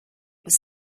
was